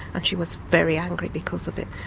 and she was very angry because of it.